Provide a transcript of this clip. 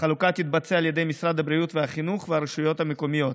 החלוקה תתבצע על ידי משרד הבריאות והחינוך והרשויות המקומיות.